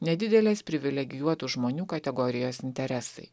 nedidelės privilegijuotų žmonių kategorijos interesai